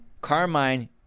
Carmine